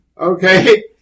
Okay